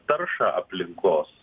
taršą aplinkos